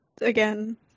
again